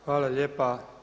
Hvala lijepo.